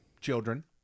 children